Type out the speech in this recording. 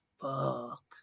fuck